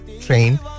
train